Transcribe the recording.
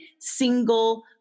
single